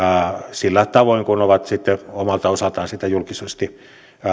sillä tavoin kuin ovat sitten omalta osaltaan sitä julkisesti